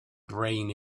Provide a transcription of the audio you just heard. brain